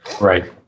Right